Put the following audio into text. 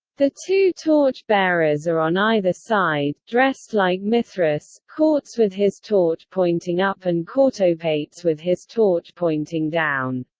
the two torch-bearers are on either side, dressed like mithras, cautes with his torch pointing up and cautopates with his torch pointing down.